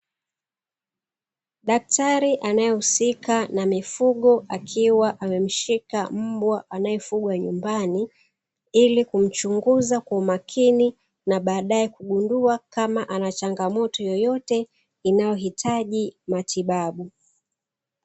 Daktari anayehusika na mifugo akiwa amemshika mbwa anayefugwa nyumbani, ili kumchunguza kwa umakini na baadaye kugundua kama ana changamoto yoyote inayohitaji matibabu.